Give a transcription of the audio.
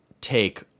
take